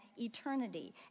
eternity